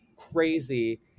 Crazy